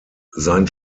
sein